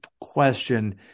question